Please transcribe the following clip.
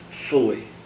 fully